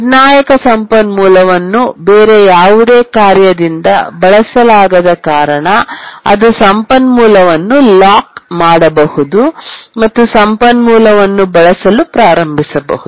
ನಿರ್ಣಾಯಕ ಸಂಪನ್ಮೂಲವನ್ನು ಬೇರೆ ಯಾವುದೇ ಕಾರ್ಯದಿಂದ ಬಳಸಲಾಗದ ಕಾರಣ ಅದು ಸಂಪನ್ಮೂಲವನ್ನು ಲಾಕ್ ಮಾಡಬಹುದು ಮತ್ತು ಸಂಪನ್ಮೂಲವನ್ನು ಬಳಸಲು ಪ್ರಾರಂಭಿಸಬಹುದು